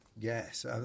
Yes